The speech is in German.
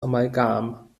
amalgam